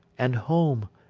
and home,